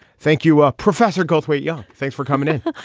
thank you, ah professor. goldthwait yeah, thanks for coming in.